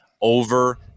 over